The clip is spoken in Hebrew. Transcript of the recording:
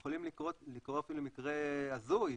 יכול לקרות אפילו מקרה הזוי,